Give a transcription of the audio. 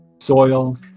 soil